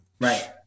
Right